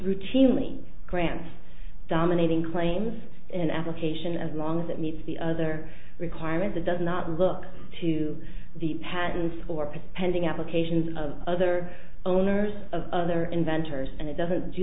routinely grants dominating claims and application as long as it meets the other requirement that does not look to the patents or pending applications of other owners of other inventors and it doesn't do